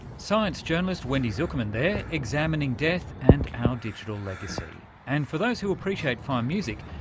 science journalist wendy zukerman there, examining death and our digital legacy. and for those who appreciate fine music,